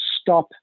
stop